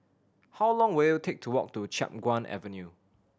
how long will it take to walk to Chiap Guan Avenue